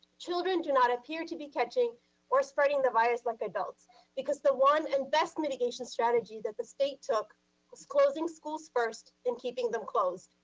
children do not appear to be catching or spreading the virus like adults because the one and best mitigation strategy that the state took is closing schools first, and keeping them closed.